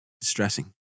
distressing